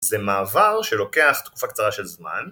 זה מעבר שלוקח תקופה קצרה של זמן